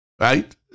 Right